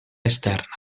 esterna